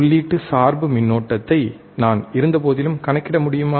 உள்ளீட்டு சார்பு மின்னோட்டத்தை நான் இருந்தபோதிலும் கணக்கிட முடியுமா